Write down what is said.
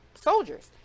soldiers